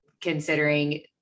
considering